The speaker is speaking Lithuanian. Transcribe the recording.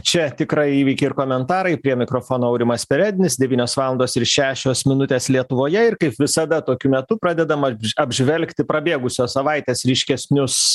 čia tikrą įvykį ir komentarai prie mikrofono aurimas perednis devynios valandos ir šešios minutės lietuvoje ir kaip visada tokiu metu pradedama apžvelgti prabėgusios savaites ryškesnius